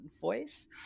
voice